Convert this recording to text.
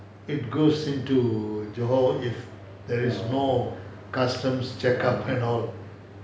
it goes into johor if there is no customs check out and all